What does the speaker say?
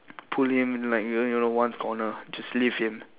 pull him like you know you know one corner just leave him